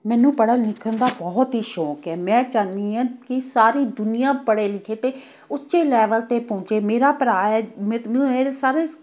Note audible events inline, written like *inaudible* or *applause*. ਮੈਨੂੰ ਪੜ੍ਹਨ ਲਿਖਣ ਦਾ ਬਹੁਤ ਹੀ ਸ਼ੌਕ ਹੈ ਮੈਂ ਚਾਹੁੰਦੀ ਹਾਂ ਕਿ ਸਾਰੀ ਦੁਨੀਆ ਪੜ੍ਹੇ ਲਿਖੇ ਅਤੇ ਉੱਚੇ ਲੈਵਲ 'ਤੇ ਪਹੁੰਚੇ ਮੇਰਾ ਭਰਾ *unintelligible* ਮੇਰੇ ਸਾਰੇ